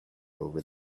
over